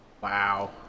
Wow